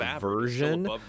version